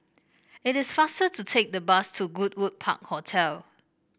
it is faster to take the bus to Goodwood Park Hotel